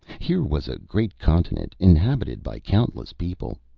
here was a great continent inhabited by countless people.